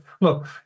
look